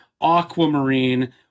aquamarine